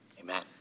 Amen